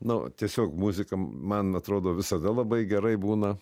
nu tiesiog muzika man atrodo visada labai gerai būna